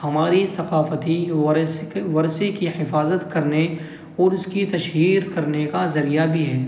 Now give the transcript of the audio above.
ہماری ثقافتی ورثہ کی حفاظت کرنے اور اس کی تشہیر کرنے کا ذریعہ بھی ہیں